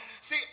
See